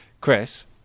Chris